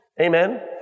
Amen